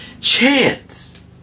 chance